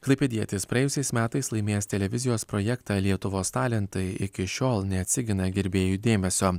klaipėdietis praėjusiais metais laimėjęs televizijos projektą lietuvos talentai iki šiol neatsigina gerbėjų dėmesio